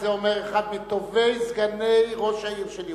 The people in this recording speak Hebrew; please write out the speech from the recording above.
את זה אומר אחד מטובי סגני ראש העיר של ירושלים.